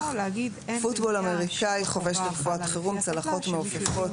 פוטבול אמריקאי + צלחות מעופפות +